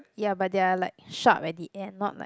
ya but they're like sharp at the end not like